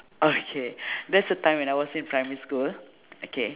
okay there's a time when I was in primary school okay